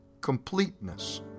completeness